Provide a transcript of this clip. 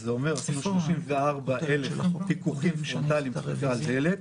זה אומר 34,000 פיקוחים פרונטליים דפיקה על דלת,